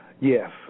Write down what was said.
yes